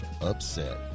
upset